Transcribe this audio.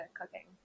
cooking